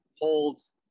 holds